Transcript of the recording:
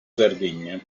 sardegna